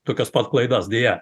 tokias pat klaidos deja